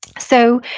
so,